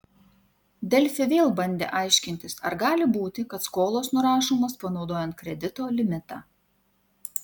delfi vėl bandė aiškintis ar gali būti kad skolos nurašomos panaudojant kredito limitą